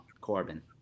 Corbin